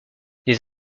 les